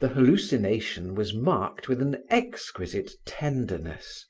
the hallucination was marked with an exquisite tenderness